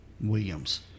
Williams